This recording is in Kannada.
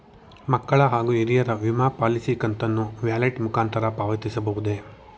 ಮಕ್ಕಳ ಹಾಗೂ ಹಿರಿಯರ ವಿಮಾ ಪಾಲಿಸಿ ಕಂತನ್ನು ವ್ಯಾಲೆಟ್ ಮುಖಾಂತರ ಪಾವತಿಸಬಹುದೇ?